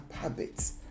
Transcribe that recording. habits